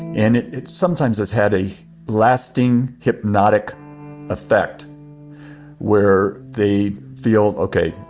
and it it sometimes has had a lasting hypnotic effect where they feel, okay,